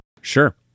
Sure